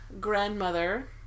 grandmother